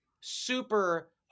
super